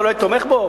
לא הייתי תומך בו?